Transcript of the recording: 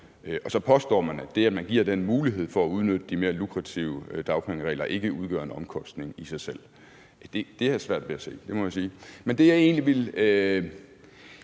Og så påstår man, at det, at man giver den mulighed for at udnytte de mere lukrative dagpengeregler, ikke udgør en omkostning i sig selv. Det har jeg svært ved at se. Det må jeg sige. Men det, jeg egentlig ville